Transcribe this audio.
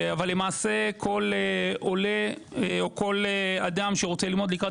אבל למעשה כל עולה או כל אדם שרוצה ללמוד לקראת